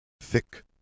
thick